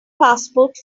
passport